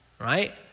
Right